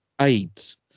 AIDS